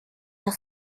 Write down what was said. par